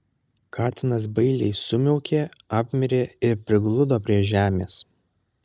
katinas bailiai sumiaukė apmirė ir prigludo prie žemės